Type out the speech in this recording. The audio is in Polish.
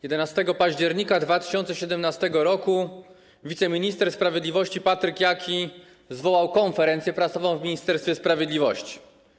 11 października 2017 r. wiceminister sprawiedliwości Patryk Jaki zwołał konferencję prasową w Ministerstwie Sprawiedliwości.